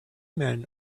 men